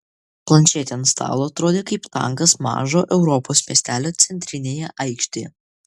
planšetė ant stalo atrodė kaip tankas mažo europos miestelio centrinėje aikštėje